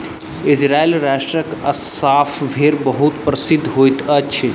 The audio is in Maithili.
इजराइल राष्ट्रक अस्साफ़ भेड़ बहुत प्रसिद्ध होइत अछि